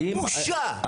בושה.